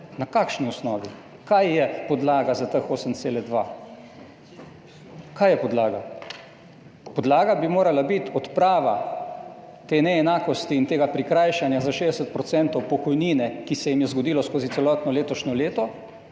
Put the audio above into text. Na kakšni osnovi? Kaj je podlaga za teh 8,2? Podlaga bi morala biti odprava te neenakosti in tega prikrajšanja za 60 % pokojnine, ki se jim je zgodilo skozi celotno letošnje leto,